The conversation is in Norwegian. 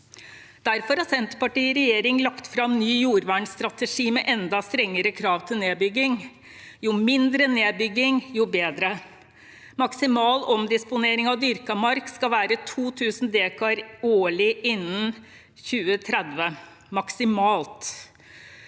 Derfor har Senterpartiet i regjering lagt fram en ny jordvernstrategi med enda strengere krav til nedbygging. Jo mindre nedbygging, jo bedre. Maksimal omdisponering av dyrket mark skal være 2 000 dekar årlig innen 2030. Jordvern